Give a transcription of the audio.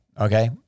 Okay